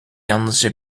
yalnızca